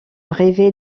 rêver